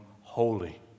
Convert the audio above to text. holy